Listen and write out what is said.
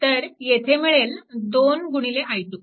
तर येथे मिळेल 2 i2